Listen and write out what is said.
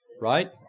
right